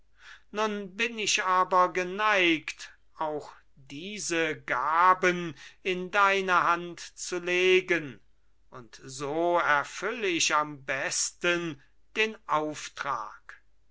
nun bin ich aber geneigt auch diese gaben in deine hand zu legen und so erfüll ich am besten den auftrag